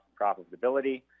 profitability